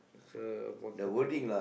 it's a marketing